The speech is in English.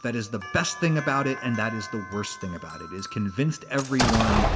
that is the best thing about it and that is the worst thing about it is convinced everyone